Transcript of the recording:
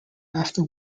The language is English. after